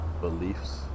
beliefs